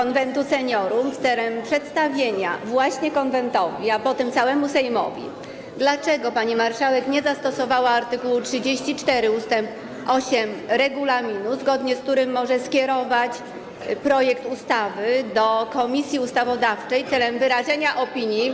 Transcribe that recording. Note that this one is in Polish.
Konwentu Seniorów celem przedstawienia właśnie Konwentowi, a potem całemu Sejmowi, uzasadnienia, dlaczego pani marszałek nie zastosowała art. 34 ust. 8 regulaminu, zgodnie z którym może skierować projekt ustawy do Komisji Ustawodawczej celem wyrażenia opinii.